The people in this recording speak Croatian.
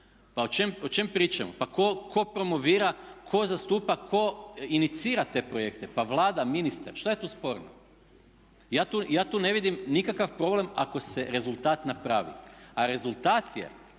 Pa o čemu pričamo? Tko promovira, tko zastupa, tko inicira te projekte? Pa Vlada, ministar! Što je tu sporno? Ja tu ne vidim nikakav problem ako se rezultat napravi. A rezultat je